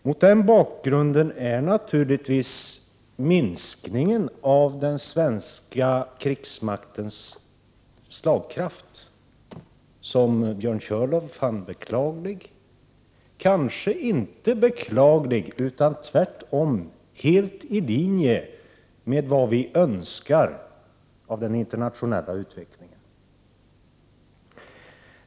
Mot den bakgrunden är minskningen av den svenska krigsmaktens slagkraft, som Björn Körlof fann beklaglig, kanske inte beklaglig utan helt i linje med vad vi önskar av den internationella utvecklingen.